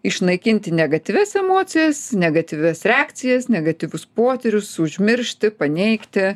išnaikinti negatyvias emocijas negatyvias reakcijas negatyvius potyrius užmiršti paneigti